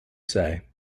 say